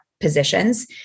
positions